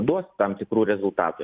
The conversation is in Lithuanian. duos tam tikrų rezultatų